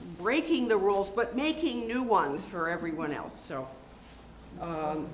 breaking the rules but making new ones for everyone